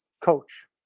coach